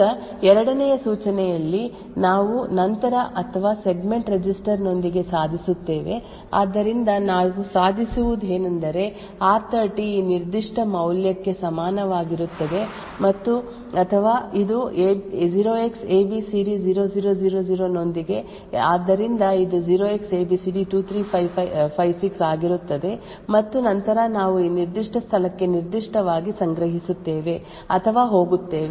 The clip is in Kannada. ಈಗ ಎರಡನೇ ಸೂಚನೆಯಲ್ಲಿ ನಾವು ನಂತರ ಅಥವಾ ಸೆಗ್ಮೆಂಟ್ ರಿಜಿಸ್ಟರ್ ನೊಂದಿಗೆ ಸಾಧಿಸುತ್ತೇವೆ ಆದ್ದರಿಂದ ನಾವು ಸಾಧಿಸುವುದೇನೆಂದರೆ r30 ಈ ನಿರ್ದಿಷ್ಟ ಮೌಲ್ಯಕ್ಕೆ ಸಮಾನವಾಗಿರುತ್ತದೆ ಮತ್ತು ಅಥವಾ ಇದು 0xabcd0000 ನೊಂದಿಗೆ ಆದ್ದರಿಂದ ಇದು 0xabcd2356 ಆಗಿರುತ್ತದೆ ಮತ್ತು ನಂತರ ನಾವು ಈ ನಿರ್ದಿಷ್ಟ ಸ್ಥಳಕ್ಕೆ ನಿರ್ದಿಷ್ಟವಾಗಿ ಸಂಗ್ರಹಿಸುತ್ತೇವೆ ಅಥವಾ ಹೋಗುತ್ತೇವೆ